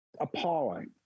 appalling